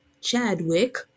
Chadwick